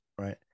Right